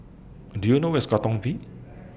Do YOU know Where IS Katong V